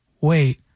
Wait